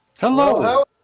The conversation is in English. Hello